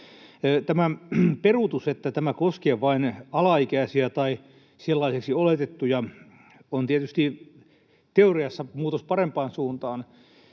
Tämä peruutus, että tämä koskee vain alaikäisiä tai sellaisiksi oletettuja, on tietysti teoriassa muutos parempaan suuntaan,